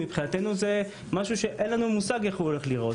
זה מבחינתנו משהו שאין לנו מושג איך הוא הולך להיראות,